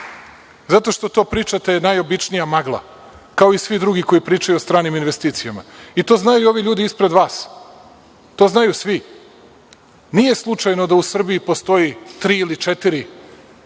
Zato što to pričate je najobičnija magla, kao i svi drugi koji pričaju o stranim investicijama. I to znaju i ovi ljudi ispred vas. To znaju svi. Nije slučajno da u Srbiji postoji tri ili četiri